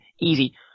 easy